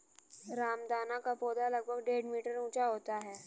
रामदाना का पौधा लगभग डेढ़ मीटर ऊंचा होता है